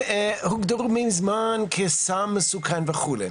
הוגדרו מזמן כסם מסוכן וכו'.